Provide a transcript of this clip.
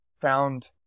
found